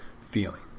feeling